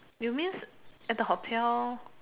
you means at the hotel